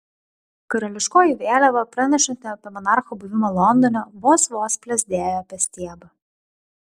karališkoji vėliava pranešanti apie monarcho buvimą londone vos vos plazdėjo apie stiebą